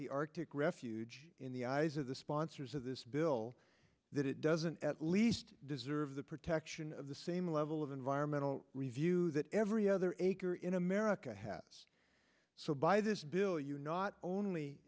the arctic refuge in the eyes of the sponsors of this bill that it doesn't at least deserve the protection of the same level of environmental review that every other acre in america has so by this bill you not only